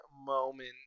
moment